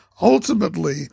ultimately